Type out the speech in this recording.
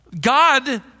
God